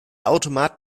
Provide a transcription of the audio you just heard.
automat